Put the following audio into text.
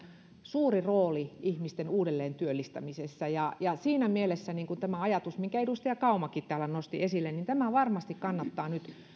suuri rooli ihmisten uudelleentyöllistämisessä ja ja siinä mielessä tämä ajatus minkä edustaja kaumakin täällä nosti esille varmasti kannattaa nyt